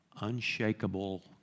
unshakable